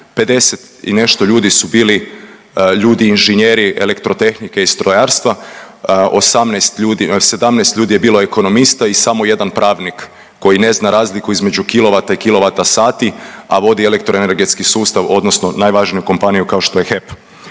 50 i nešto ljudi su bili ljudi inženjeri elektrotehnike i strojarstva, 18 ljudi, 17 ljudi je bilo ekonomista i samo jedan pravnik koji ne zna razliku između kilovata i kilovata sati, a vodi elektroenergetski sustav odnosno najvažniju kompaniju kao što je HEP.